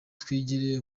twigire